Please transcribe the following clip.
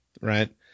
right